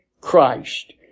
Christ